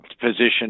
position